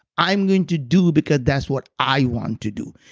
i'm going to do because that's what i want to do.